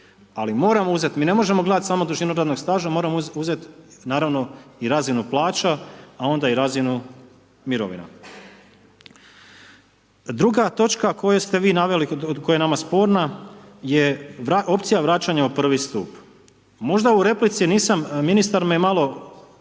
Ali moramo uzeti, mi ne možemo gledati samo dužinu radnog staža, moramo uzeti naravno i razinu plaća a onda i razinu mirovina. Druga točka koju ste vi naveli a koja je nama sporna je opcija vraćanja u prvi stup. Možda u replici nisam, ministar me malo